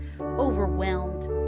overwhelmed